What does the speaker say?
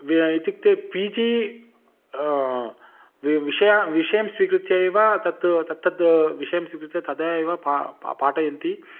व्या इत्युक्ते पि जी वि विषयान् विषयं स्वीकृत्य एव तत् तत्तद् विषयं स्वीकृत्य तदा एव पा प पाठयन्ति